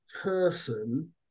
person